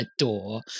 adore